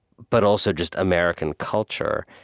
but also just american culture,